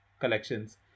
collections